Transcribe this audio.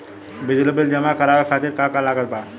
बिजली बिल जमा करावे खातिर का का लागत बा?